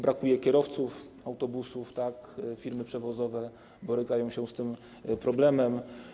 Brakuje kierowców autobusów, firmy przewozowe borykają się z tym problemem.